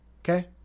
okay